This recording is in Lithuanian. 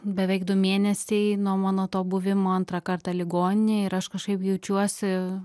beveik du mėnesiai nuo mano to buvimo antrą kartą ligoninėj ir aš kažkaip jaučiuosi